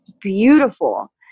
beautiful